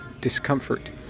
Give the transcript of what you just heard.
discomfort